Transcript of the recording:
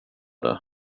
det